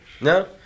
No